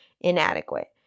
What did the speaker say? inadequate